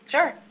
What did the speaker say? Sure